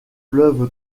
fleuve